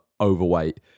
overweight